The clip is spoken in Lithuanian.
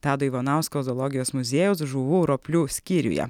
tado ivanausko zoologijos muziejaus žuvų roplių skyriuje